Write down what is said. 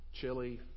chili